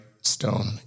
Stone